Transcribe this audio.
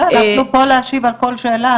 אנחנו פה להשיב על כל שאלה,